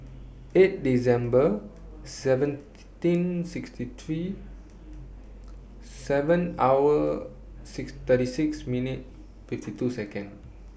eight December seventeen sixty three seven hour six thirty six minute fifty two Second